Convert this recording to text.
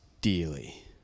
dearly